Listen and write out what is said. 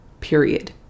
period